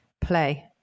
play